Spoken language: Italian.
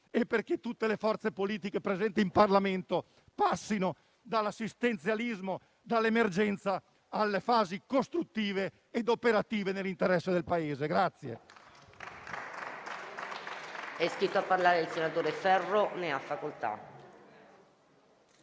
e che tutte le forze politiche presenti in Parlamento passino dall'assistenzialismo e dall'emergenza alle fasi costruttive ed operative nell'interesse del Paese.